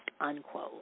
Unquote